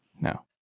no